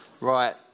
Right